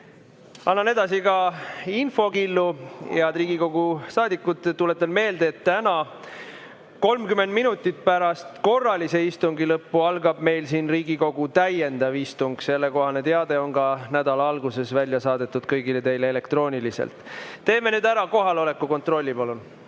edasi ka infokillu. Head Riigikogu liikmed, tuletan meelde, et täna 30 minutit pärast korralise istungi lõppu algab meil siin Riigikogu täiendav istung. Sellekohane teade on nädala alguses välja saadetud kõigile teile ka elektrooniliselt. Teeme nüüd ära kohaloleku kontrolli, palun!